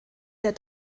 der